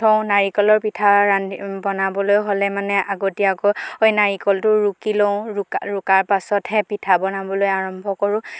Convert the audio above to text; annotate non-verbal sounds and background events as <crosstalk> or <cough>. থওঁ নাৰিকলৰ পিঠা <unintelligible> বনাবলৈ হ'লে মানে আগতীয়াকৈ নাৰিকলটো ৰুকি লওঁ ৰুকা ৰুকাৰ পাছতহে পিঠা বনাবলৈ আৰম্ভ কৰোঁ